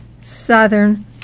southern